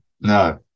no